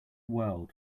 world